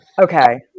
Okay